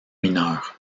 mineur